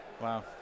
Wow